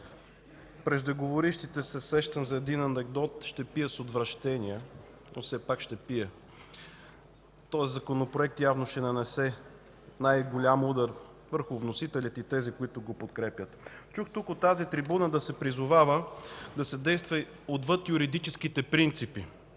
преждеговорившите, се сещам за един анекдот: „Ще пия с отвращение, но все пак ще пия”. Този Законопроект явно ще нанесе най-голям удар върху вносителите и тези, които го подкрепят. Чух от тази трибуна да се призовава да се действа отвъд юридическите принципи.